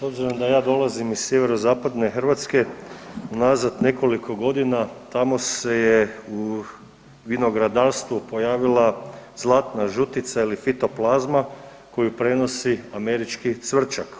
Obzirom da ja dolazim iz sjeverozapadne Hrvatske, unazad nekoliko godina, tamo se je u vinogradarstvu pojavila zlatna žutica ili fitoplazma koju prenosi američki cvrčak.